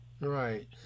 Right